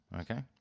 okay